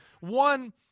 One